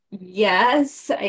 yes